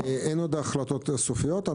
עדיין אין החלטות סופיות.